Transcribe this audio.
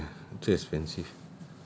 ah nah too expensive